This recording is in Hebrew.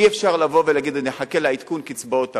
אי-אפשר לבוא ולהגיד, נחכה לעדכון הקצבאות הבא.